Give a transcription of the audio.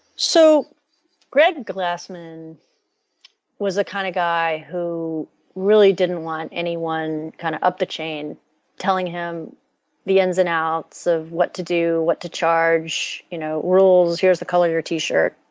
so greg glassman was a kind of guy who really didn't want anyone kind of up the chain telling him the ins and outs of what to do, what to charge, you know rules, here is the color of your t-shirt,